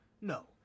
No